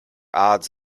odds